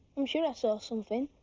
i'm sure i saw something.